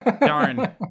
Darn